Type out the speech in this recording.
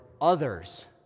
others